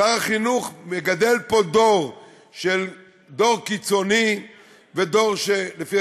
שר החינוך מגדל פה דור קיצוני ודור שלפי